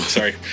sorry